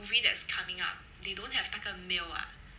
movie that's coming up they don't have 那个 male ah